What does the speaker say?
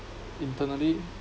internally